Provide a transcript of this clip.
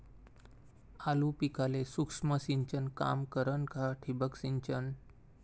आलू पिकाले सूक्ष्म सिंचन काम करन का ठिबक सिंचन?